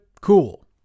cool